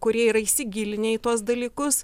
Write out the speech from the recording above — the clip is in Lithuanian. kurie yra įsigilinę į tuos dalykus